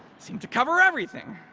to cover everything.